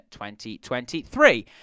2023